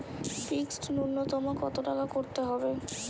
Fixed নুন্যতম কত টাকা করতে হবে?